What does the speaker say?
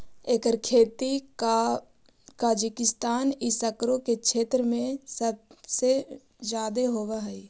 एकर खेती कजाकिस्तान ई सकरो के क्षेत्र सब में जादे होब हई